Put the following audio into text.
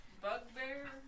bugbear